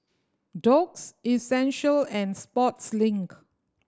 Doux Essential and Sportslink